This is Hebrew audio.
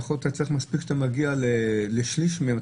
יכול להיות שמספיק שאתה מגיע לשליש מהמספר הזה,